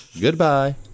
Goodbye